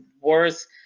worse